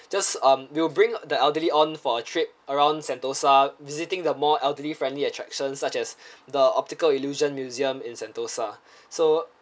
just um we will bring the elderly on for a trip around sentosa visiting the more elderly friendly attractions such as the optical illusion museum in sentosa so